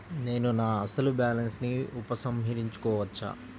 నేను నా అసలు బాలన్స్ ని ఉపసంహరించుకోవచ్చా?